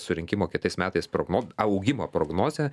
surinkimo kitais metais progno augimo prognozę